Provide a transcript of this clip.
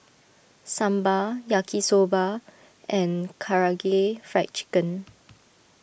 Sambar Yaki Soba and Karaage Fried Chicken